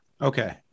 Okay